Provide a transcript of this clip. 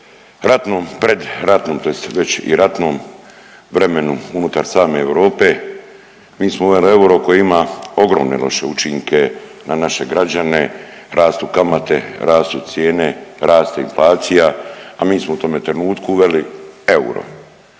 ratnom, predratnom tj. već i ratnom vremenu unutar same Europe mi smo uveli euro koji ima ogromne loše učinke na naše građane, rastu kamate, rastu cijene, raste inflacija, a mi smo u tome trenutku uveli euro.